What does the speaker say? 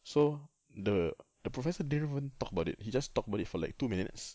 so the the professor didn't even talk about it he just talked about it for like two minutes